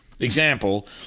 example